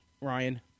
Ryan